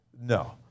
No